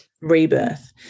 rebirth